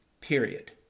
period